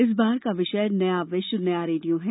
इस बार का विषय नया विश्व नया रेडियो है